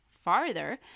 farther